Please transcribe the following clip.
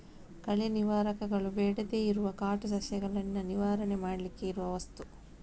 ಕಳೆ ನಿವಾರಕಗಳು ಬೇಡದೇ ಇರುವ ಕಾಟು ಸಸ್ಯಗಳನ್ನ ನಿವಾರಣೆ ಮಾಡ್ಲಿಕ್ಕೆ ಇರುವ ವಸ್ತು